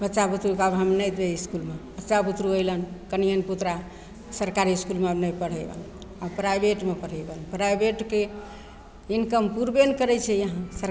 बच्चा बुतरुके आब हम नहि देबै एहि इसकुलमे बच्चा बुतरुके अएलनि कनिआनि पुतरा सरकारी इसकुलमे नहि पढ़ेबनि आब प्राइवेटमे पढ़ेबनि प्राइवेटके इनकम पुरबे नहि करै छै इहाँ सरका